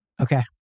Okay